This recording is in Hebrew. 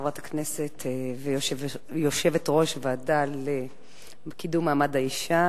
חברת הכנסת ויושבת-ראש הוועדה לקידום מעמד האשה.